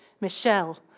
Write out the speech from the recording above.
Michelle